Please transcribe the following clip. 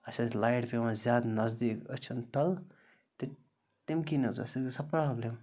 اَسہِ ٲسۍ لایِٹ پٮ۪وان زیادٕ نَزدیٖک أچھَن تَل تہِ تَمہِ کِنۍ ٲس حظ اَسہِ ٲس گَژھان پرٛابلِم